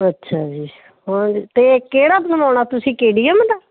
ਅੱਛਾ ਜੀ ਅਤੇ ਕਿਹੜਾ ਬਣਾਉਣਾ ਤੁਸੀਂ ਕੇ ਡੀ ਐਮ ਦਾ